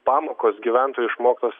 pamokos gyventojų išmoktos